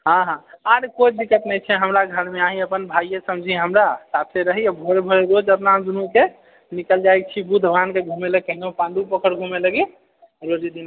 हाँ हाँ आरे कोइ दिक्कत नहि छै हमरा घरमे आइ अपन भाइए समझी हमरा साथे रही आओर भोरे भोर रोज अपना दुनूके निकलि जाइ छी बुद्ध भगवानके घुमए लऽ कहियो पाण्डू पोखरिके घुमए लगी रोज